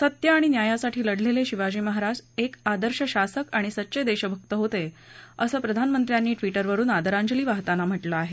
सत्य आणि न्यायासाठी लढलेले शिवाजी महाराज एक आदर्श शासक आणि सच्चे देशभक्त होते असं प्रधानमंत्र्यांनी ट्विटरवरून आदरांजली वाहताना म्हटलं आहे